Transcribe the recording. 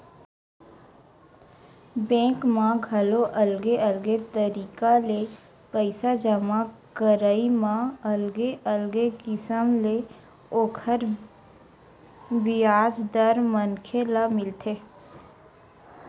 bank म घलो अलगे अलगे तरिका ले पइसा जमा करई म अलगे अलगे किसम ले ओखर बियाज दर मनखे ल मिलथे